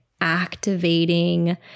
activating